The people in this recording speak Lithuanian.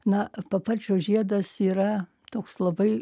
na paparčio žiedas yra toks labai